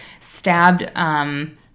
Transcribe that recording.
stabbed